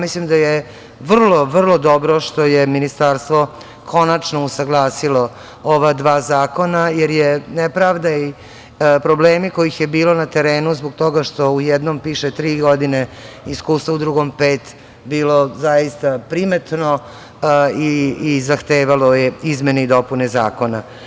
Mislim da je vrlo, vrlo dobro što je Ministarstvo konačno usaglasilo ova dva zakona, jer je nepravda i problemi kojih je bilo na terenu zbog toga što u jednom piše tri godine iskustva, u drugom pet, bilo zaista primetno i zahtevalo je izmene i dopune zakona.